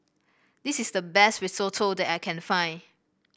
this is the best Risotto that I can find